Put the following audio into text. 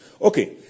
Okay